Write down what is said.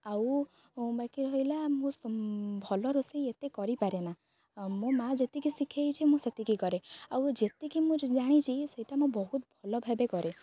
ଆଉ ବାକି ରହିଲା ମୁଁ ଭଲ ରୋଷେଇ ଏତେ କରିପାରେନା ମୋ ମା ଯେତିକି ଶିଖାଇଛି ମୁଁ ସେତିକି କରେ ଆଉ ଯେତିକି ମୁଁ ଜାଣିଛି ସେଇଟା ମୁଁ ବହୁତ ଭଲ ଭାବେ କରେ